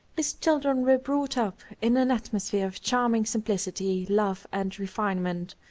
his children were brought up in an atmosphere of charming simplicity, love and refinement.